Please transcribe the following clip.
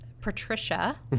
Patricia